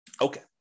Okay